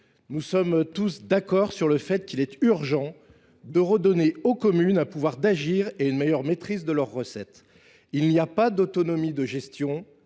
nous sommes tous d’accord sur le fait qu’il est urgent de redonner aux communes un pouvoir d’agir et une meilleure maîtrise de leurs recettes. Il n’y a pas d’autonomie de gestion